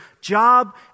job